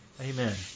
Amen